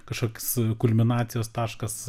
kažkoks kulminacijos taškas